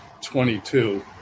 22